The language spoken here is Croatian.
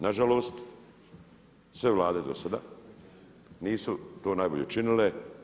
Na žalost, sve Vlade do sada nisu to najbolje činile.